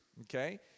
okay